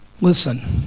Listen